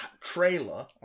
trailer